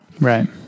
Right